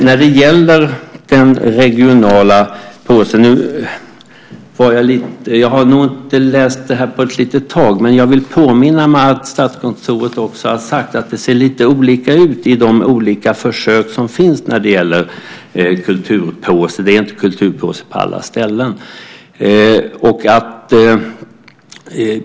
När det gällde den regionala påsen har jag nog inte läst det här på ett tag, men jag påminner mig att Statskontoret också har sagt att det ser lite olika ut i de olika försök som görs med kulturpåse - det finns inte kulturpåse på alla ställen.